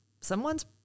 someone's